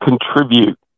contribute